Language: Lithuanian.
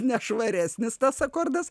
ne švaresnis tas akordas